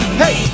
hey